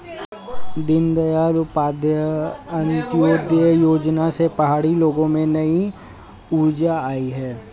दीनदयाल उपाध्याय अंत्योदय योजना से पहाड़ी लोगों में नई ऊर्जा आई है